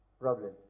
problem